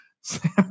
Sam